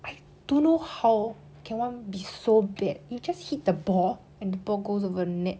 I don't know how can one be so bad you just hit the ball and the ball goes over net